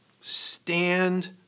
stand